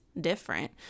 different